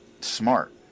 smart